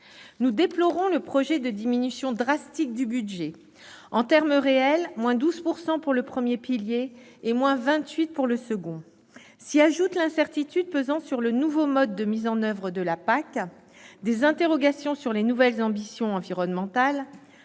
Nous déplorons le projet de diminution drastique du budget : en termes réels, baisse de 12 % pour le premier pilier et de 28 % pour le second. S'y ajoutent l'incertitude pesant sur le nouveau mode de mise en oeuvre de la PAC, des interrogations sur les nouvelles ambitions environnementales,